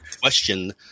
Question